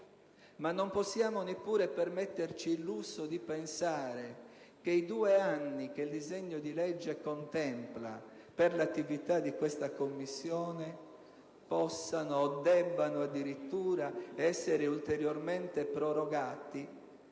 ma non possiamo neppure permetterci il lusso di pensare che i due anni contemplati dal documento per l'attività di questa Commissione possano o debbano addirittura essere ulteriormente prorogati,